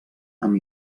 amb